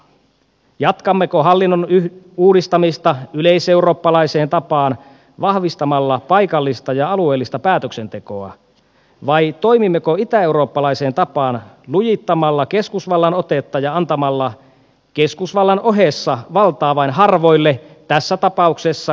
jatkammeko hallinnon uudistamista yleiseurooppalaiseen tapaan vahvistamalla paikallista ja alueellista päätöksentekoa vai toimimmeko itäeurooppalaiseen tapaan lujittamalla keskusvallan otetta ja antamalla keskusvallan ohessa valtaa vain harvoille tässä tapauksessa keskuskaupungeille